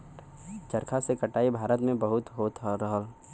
चरखा से कटाई भारत में बहुत होत रहल